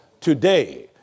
today